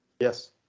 Yes